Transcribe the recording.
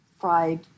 fried